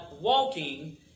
Walking